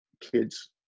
kids